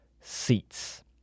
seats